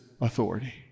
authority